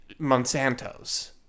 Monsantos